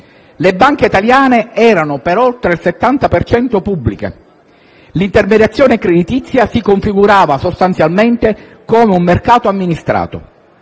Le banche italiane erano per oltre il 70 per cento pubbliche. L'intermediazione creditizia si configurava sostanzialmente come un mercato amministrato.